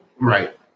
Right